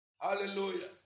Hallelujah